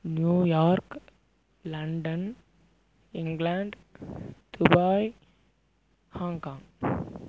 New York London England Dubai Hong Kong